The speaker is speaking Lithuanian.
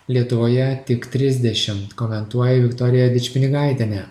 lietuvoje tik trisdešim komentuoja viktorija didžpinigaitienė